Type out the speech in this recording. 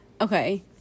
okay